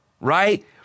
right